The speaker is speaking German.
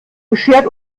beschert